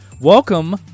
Welcome